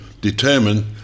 determine